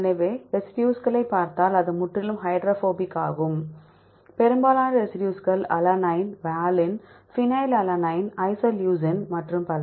எனவே ரெசிடியூஸ்களை பார்த்தால் அது முற்றிலும் ஹைட்ரோபோபிக் ஆகும் பெரும்பாலான ரெசிடியூஸ்கள் அலனைன் வாலின் ஃபெனைலாலனைன் ஐசோலூசின் மற்றும் பல